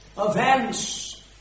events